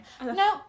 no